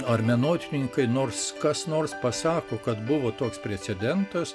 ar menotyrininkai nors kas nors pasako kad buvo toks precedentas